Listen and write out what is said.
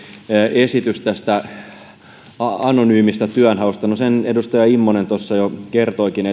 esitys tästä anonyymista työnhausta no sen edustaja immonen tuossa jo kertoikin